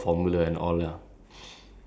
ya but then like at the like